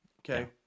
okay